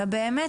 אלא באמת,